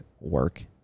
work